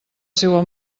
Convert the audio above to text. seua